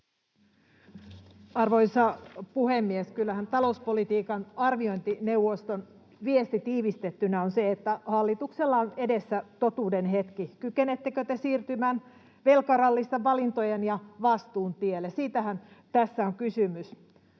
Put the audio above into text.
Arvoisa puhemies! Kyllähän talouspolitiikan arviointineuvoston viesti tiivistettynä on se, että hallituksella on edessä totuuden hetki. Kykenettekö te siirtymään velkarallista valintojen ja vastuun tielle, siitähän tässä on kysymys.